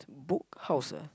Book House ah